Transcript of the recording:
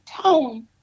tone